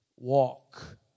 Walk